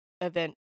event